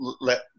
let